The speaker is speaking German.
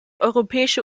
europäische